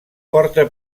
porta